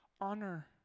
Honor